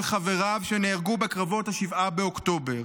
וחבריו שנהרגו בקרבות 7 באוקטובר.